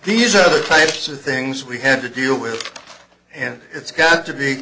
these are types of things we have to deal with and it's got to be